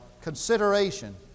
consideration